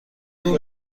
اون